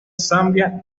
zambia